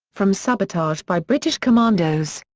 from sabotage by british commandos.